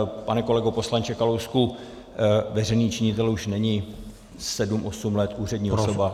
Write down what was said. Pane kolego poslanče Kalousku, veřejný činitel už není sedm osm let úřední osoba.